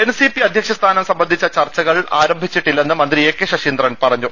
N CP അധ്യക്ഷസ്ഥാനം സർബന്ധിച്ച ചർച്ചുകൾ ആരംഭി ച്ചിട്ടില്ലെന്ന് മന്ത്രി എ കെ ശശീന്ദ്രൻ പറഞ്ഞു